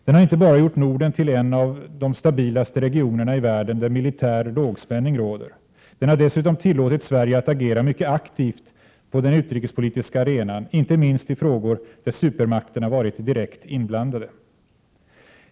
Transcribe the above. Den har inte bara gjort Norden till en av de stabilaste regionerna i världen där militär lågspänning råder. Den har dessutom tillåtit Sverige att agera mycket aktivt på den utrikespolitiska arenan, inte minst i frågor där supermakterna varit direkt inblandade.